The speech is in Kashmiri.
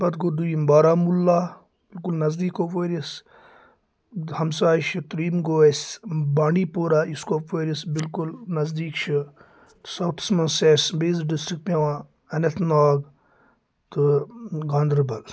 پَتہٕ گوٚو دوٚیِم بارہمولہ بِلکُل نَزدیٖک کپوٲرِس ہَمساے چھِ ترٛیِم گوٚو اَسہِ بانڈی پورہ یُس کۄپوٲرِس بِلکُل نزدیٖک چھُ سَوتھَس منٛز چھِ اَسہِ بیٚیہِ زٕ ڈِسٹِرک پٮ۪وان اَننت ناگ تہٕ گاندَربَل